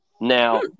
Now